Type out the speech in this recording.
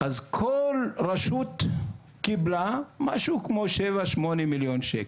אז כל רשות קיבלה משהו כמו שבע, שמונה מיליון שקל.